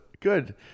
Good